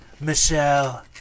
Michelle